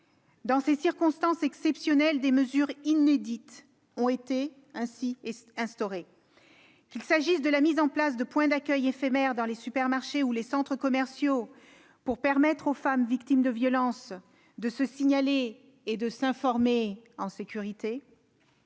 Dans ces circonstances exceptionnelles, des mesures inédites ont ainsi été instaurées, qu'il s'agisse de la mise en place de points d'accueil éphémères dans les supermarchés ou les centres commerciaux pour permettre aux femmes victimes de violences de se signaler et de s'informer en sécurité,